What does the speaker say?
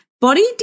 Body